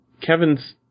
Kevin's